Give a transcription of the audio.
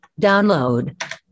download